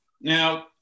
Now